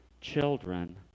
children